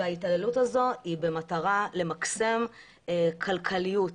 וההתעלות הזו היא במטרה למקסם כלכליות.